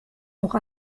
auch